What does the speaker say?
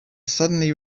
suddenly